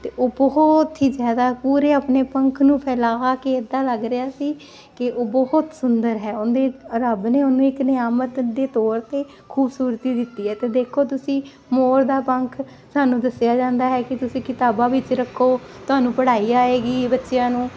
ਉਹ ਬਹੁਤ ਹੀ ਜਿਆਦਾ ਪੂਰੇ ਆਪਣੇ ਪੰਖ ਨੂੰ ਫੈਲਾਅ ਕੇ ਇਦਾਂ ਲੱਗ ਰਿਹਾ ਸੀ ਕਿ ਉਹ ਬਹੁਤ ਸੁੰਦਰ ਹੈ ਉਹਦੇ ਰੱਬ ਨੇ ਉਹਨੂੰ ਇੱਕ ਨਿਆਮਤ ਦੇ ਤੌਰ ਤੇ ਖੂਬਸੂਰਤੀ ਦਿੱਤੀ ਹ ਤੇ ਦੇਖੋ ਤੁਸੀਂ ਮੋਰ ਦਾ ਪੰਖ ਸਾਨੂੰ ਦੱਸਿਆ ਜਾਂਦਾ ਹੈ ਕਿ ਤੁਸੀਂ ਕਿਤਾਬਾਂ ਵਿੱਚ ਰੱਖੋ ਤੁਹਾਨੂੰ ਪੜ੍ਹਾਈ ਆਏਗੀ ਬੱਚਿਆਂ ਨੂੰ